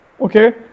Okay